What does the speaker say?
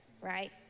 right